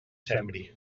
sembre